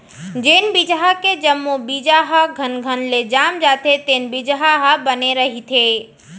जेन बिजहा के जम्मो बीजा ह घनघन ले जाम जाथे तेन बिजहा ह बने रहिथे